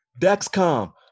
Dexcom